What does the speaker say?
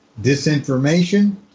disinformation